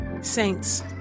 Saints